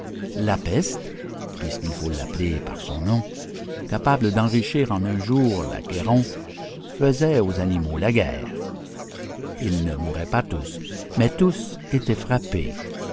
nom capable d'enrichir en un jour l'achéron faisait aux animaux la guerre ils ne mouraient pas tous mais tous étaient frappés